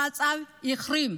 המצב החמיר.